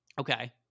Okay